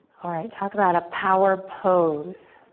alright, talk about a power pose,